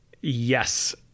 yes